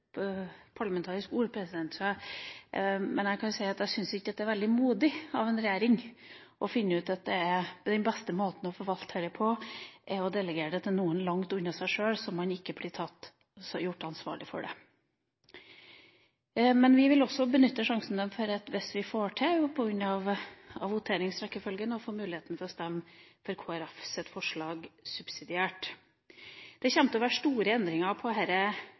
et parlamentarisk uttrykk, men jeg kan si at jeg ikke syns det er veldig modig av en regjering å finne ut at den beste måten å forvalte dette på er å delegere det til noen langt under seg sjøl, slik at man ikke behøver å bli ansvarliggjort for det. Vi vil også benytte sjansen – hvis det går an i voteringsrekkefølgen – til å stemme subsidiært for forslaget til Kristelig Folkeparti. Det kommer til å bli store endringer på